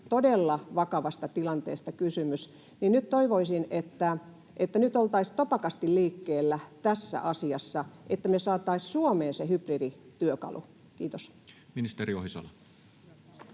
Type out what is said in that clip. todella vakavasta tilanteesta kysymys. Nyt toivoisin, että nyt oltaisiin topakasti liikkeellä tässä asiassa, että me saataisiin Suomeen se hybridityökalu. — Kiitos. Ministeri Ohisalo.